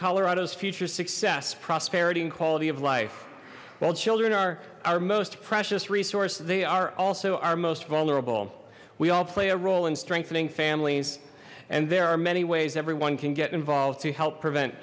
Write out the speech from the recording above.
colorado's future success prosperity and quality of life while children are our most precious resource they are also our most vulnerable we all play a role in strengthening families and there are many ways everyone can get involved to help prevent